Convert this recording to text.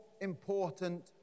important